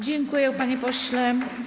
Dziękuję, panie pośle.